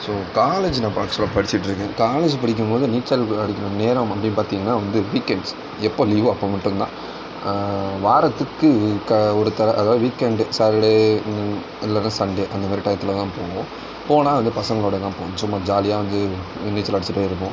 so college நான் இப்போ ஆக்சுவலாக படிச்சிட்டுருக்கேன் காலேஜ் படிக்கும்போது நீச்சல் அடிக்கிற நேரம் அப்படின்னு பார்த்தீங்கன்னா வந்து வீக் எண்ட்ஸ் எப்போ லீவோ அப்போ மட்டும்தான் வாரத்துக்கு க ஒருதடவ அதாவது வீக்கெண்டு சாட்டர்டே இல்லைன்னா சண்டே அந்த மாரி டைத்தில் தான் போவோம் போனால் அது மாரி பசங்களோட தான் சும்மா ஜாலியாக வந்து நீச்சல் அடிச்சிகிட்டேருப்போம்